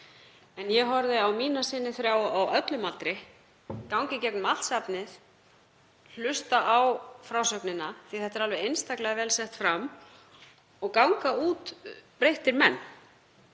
Ég horfði á syni mína þrjá, á öllum aldri, ganga í gegnum allt safnið, hlusta á frásögnina, því að þetta er alveg einstaklega vel sett fram, og ganga út breyttir menn.